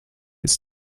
ist